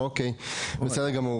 בסדר גמור.